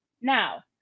now